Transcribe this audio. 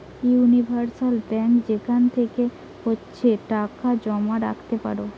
universal bank যেখান থেকে ইচ্ছে টাকা জমা রাখতে পারো